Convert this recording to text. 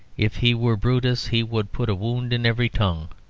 if he were brutus he would put a wound in every tongue.